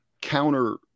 counter